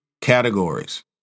categories